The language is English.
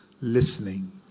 listening